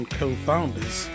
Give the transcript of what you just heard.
co-founders